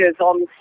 on